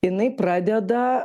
jinai pradeda